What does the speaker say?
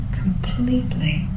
completely